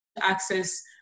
access